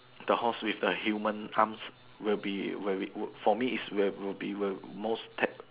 the horse with the human arms will be will be for me is will be most tag